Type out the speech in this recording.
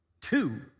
Two